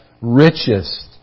richest